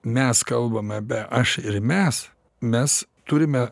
mes kalbame be aš ir mes mes turime